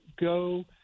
go